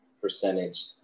percentage